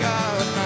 God